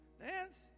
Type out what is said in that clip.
Dance